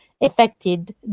affected